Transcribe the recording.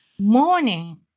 Morning